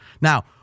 Now